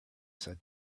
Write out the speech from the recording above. said